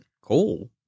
Cool